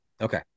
Okay